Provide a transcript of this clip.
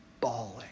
bawling